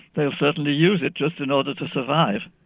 they'll certainly use it just in order to survive.